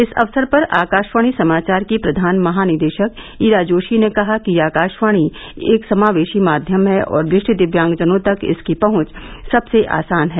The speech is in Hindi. इस अवसर पर आकाशवाणी समाचार की प्रधान महानिदेशक ईरा जोशी ने कहा कि आकाशवाणी एक समावेशी माध्यम है और दृष्टि दिव्यांगजनों तक इसकी पहुंच सबसे आसान है